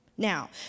Now